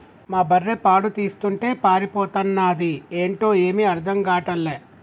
మా బర్రె పాలు తీస్తుంటే పారిపోతన్నాది ఏంటో ఏమీ అర్థం గాటల్లే